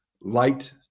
light